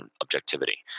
objectivity